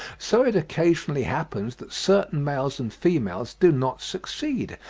so it occasionally happens that certain males and females do not succeed,